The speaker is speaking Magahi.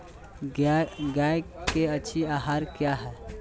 गाय के अच्छी आहार किया है?